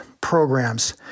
programs